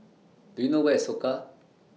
Do YOU know Where IS Soka